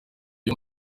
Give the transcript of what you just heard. iyo